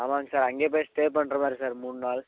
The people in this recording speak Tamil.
ஆமாங்க சார் அங்கேயே போய் ஸ்டே பண்ணுற மாதிரி சார் மூணு நாள்